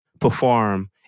perform